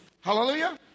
Hallelujah